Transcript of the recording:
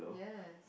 yes